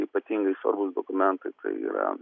ypatingai svarbūs dokumentai yra